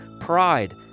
pride